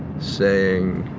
saying